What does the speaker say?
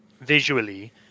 Visually